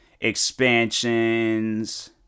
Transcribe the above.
expansions